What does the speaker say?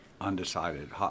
Undecided